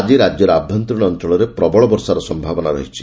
ଆକି ରାଜ୍ୟର ଆଭ୍ୟନ୍ତରୀଣ ଅଞ୍ଞଳରେ ପ୍ରବଳ ବର୍ଷାର ସ୍ୟାବନା ରହିଛି